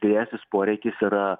didesnis poreikis yra